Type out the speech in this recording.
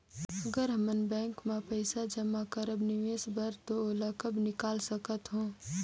अगर हमन बैंक म पइसा जमा करब निवेश बर तो ओला कब निकाल सकत हो?